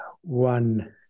one